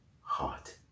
heart